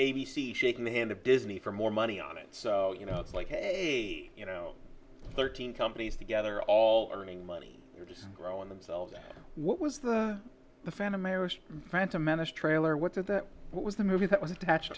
c shaking the hand of disney for more money on it so you know it's like a you know thirteen companies together all earning money or just growing themselves what was that the phantom irish phantom menace trailer what did that what was the movie that was attached